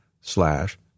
slash